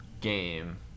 game